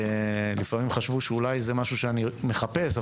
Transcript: לפעמים חשבו שאולי זה משהו שאני מחפש,